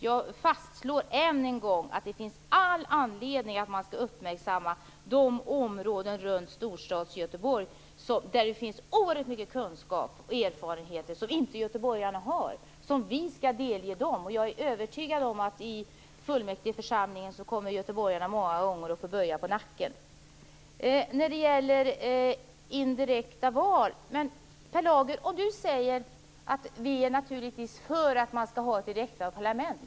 Jag fastslår än en gång att det finns all anledning att uppmärksamma de områden runt Storstadsgöteborg där det finns oerhört mycket kunskap och erfarenheter som inte göteborgarna har, men som vi skall delge dem. Jag är övertygad om att göteborgarna i fullmäktigeförsamlingen många gånger kommer att få böja på nacken. Sedan gäller det indirekta val. Per Lager säger: Vi är naturligtvis för att man skall ha ett direktvalt parlament.